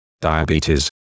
diabetes